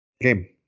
game